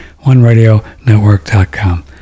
oneradionetwork.com